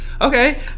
Okay